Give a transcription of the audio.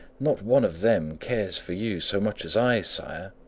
not one of them cares for you so much as i, sire,